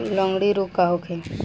लगंड़ी रोग का होखे?